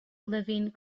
living